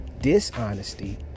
Dishonesty